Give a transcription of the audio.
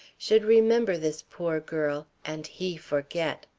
should remember this poor girl, and he forget!